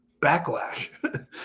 backlash